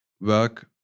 work